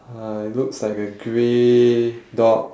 uh it looks like a grey dog